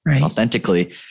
authentically